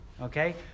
Okay